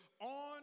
on